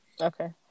Okay